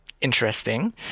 interesting